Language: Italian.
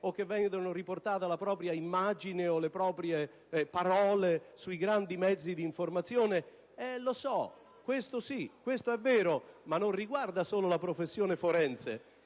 che vedono riportata la propria immagine o le proprie parole sui grandi mezzi di informazione. Lo so, questo sì, questo è vero, ma non riguarda solo la professione forense.